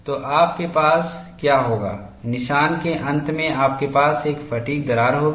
तो आपके पास क्या होगा निशान के अंत में आपके पास एक फ़ैटिग् दरार होगी